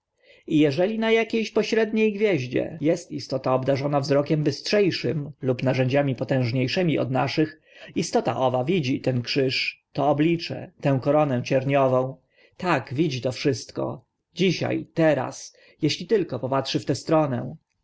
i eżeli na akie ś pośrednie gwieździe est istota obdarzona wzrokiem bystrze szym lub narzędziami potężnie szymi od naszych istota owa widzi ten krzyż to oblicze tę koronę cierniową tak widzi to wszystko dzisia teraz eśli tylko patrzy w tę stronę